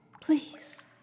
Please